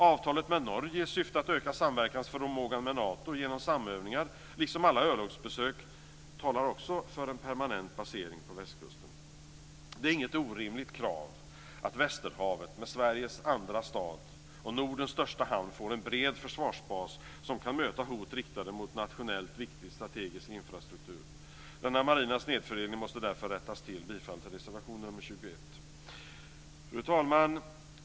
Avtalet med Norge i syfte att öka samverkansförmågan med Nato genom samövningar liksom alla örlogsbesök talar också för permanent basering på västkusten. Det är inget orimligt krav att västerhavet med Sveriges andra stad och Nordens största hamn får en bred försvarsbas som kan möta hot riktade mot nationellt viktig strategisk infrastruktur. Denna marina snedfördelning måste därför rättas till. Jag yrkar bifall till reservation 21. Fru talman!